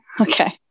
Okay